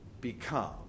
become